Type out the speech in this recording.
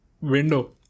window